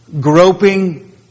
groping